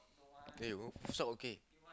okay workshop okay